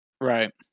Right